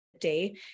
day